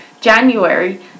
January